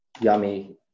yummy